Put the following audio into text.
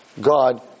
God